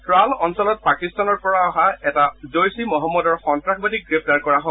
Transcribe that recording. ট্টাল অঞ্চলত পাকিস্তানৰ পৰা অহা এটা জইছ ই মহম্মদৰ সন্তাসবাদীক গ্ৰেপ্তাৰ কৰা হয়